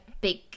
big